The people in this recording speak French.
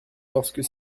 lorsque